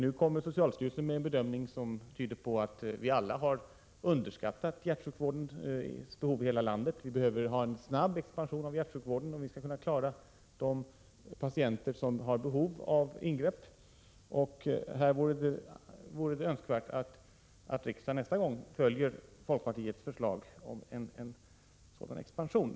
Nu kommer socialstyrelsen med en bedömning som tyder på att alla har underskattat behovet av hjärtsjukvård i hela landet. Det behövs en snabb expansion av hjärtsjukvården om man skall klara de patienter som har behov av ingrepp. Det är önskvärt att riksdagen nästa gång följer folkpartiets förslag om en sådan expansion.